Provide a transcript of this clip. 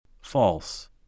False